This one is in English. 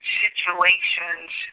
situations